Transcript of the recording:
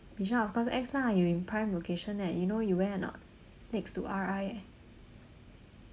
bishan of course ex lah you in prime location eh you know you where or not next to R_I eh